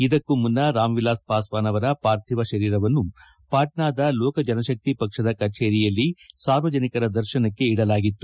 ಇದಕ್ಕೂ ಮುನ್ನ ರಾಮ್ ವಿಲಾಸ್ ಪಾಸ್ವಾನ್ ಅವರ ಪಾರ್ಥಿವ ಶರೀರವನ್ನು ಪಾಟ್ನಾದ ಲೋಕ ಜನಶಕ್ತಿ ಪಕ್ಷದ ಕಜೇರಿಯಲ್ಲಿ ಸಾರ್ವಜನಿಕರ ದರ್ಶನಕ್ಕೆ ಇಡಲಾಗಿತ್ತು